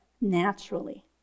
naturally